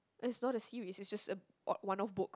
it's not as you it's just just a odd one off book